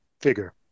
figure